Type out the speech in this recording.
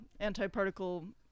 antiparticle